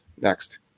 next